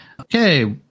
Okay